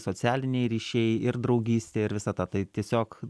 socialiniai ryšiai ir draugystė ir visa ta tai tiesiog